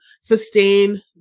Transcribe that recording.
sustain